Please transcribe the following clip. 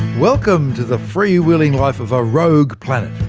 welcome to the free-wheeling life of a rogue planet.